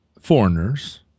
foreigners